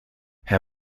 hij